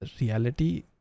reality